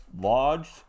lodged